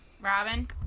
robin